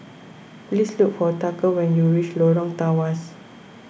please look for Tucker when you reach Lorong Tawas